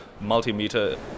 multimeter